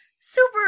Super